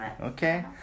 Okay